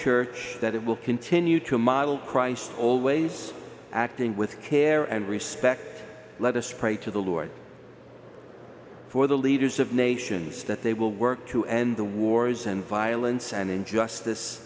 church that it will continue to model christ always acting with care and respect let us pray to the lord for the leaders of nations that they will work to end the wars and violence and injustice